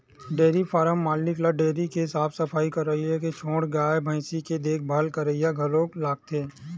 dairy farm के मालिक ल डेयरी के साफ सफई करइया के छोड़ गाय भइसी के देखभाल करइया घलो लागथे